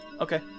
okay